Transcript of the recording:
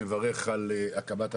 מברך על הקמת הוועדה.